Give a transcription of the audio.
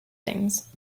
things